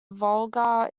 volga